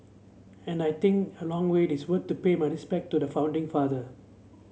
and I think a long wait is worth to pay my respect to the founding father